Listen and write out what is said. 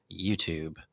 YouTube